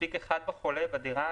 מספיק חולה אחד בדירה.